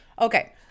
okay